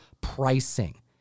pricing